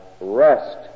rest